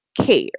care